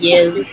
Yes